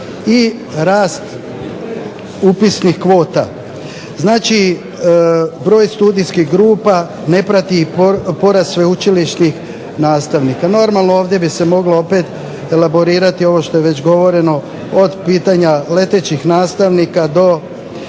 i rast upisnih kvota. Znači broj studijskih grupa ne prati porast sveučilišnih nastavnika. Normalno ovdje bi se moglo opet elaborirati ovo što je već govoreno od pitanja letećih nastavnika, do